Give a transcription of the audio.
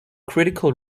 critical